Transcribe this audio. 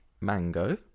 mango